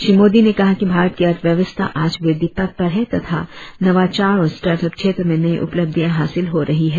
श्री मोदी ने कहा कि भारत की अर्थव्यवस्था आज वृद्धि पथ पर है तथा नवाचार और स्टार्टअप क्षेत्र में नये उपलब्धियां हासिल हो रही है